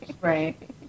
Right